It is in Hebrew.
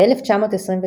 ב-1929,